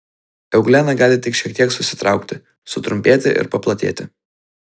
euglena gali tik šiek tiek susitraukti sutrumpėti ir paplatėti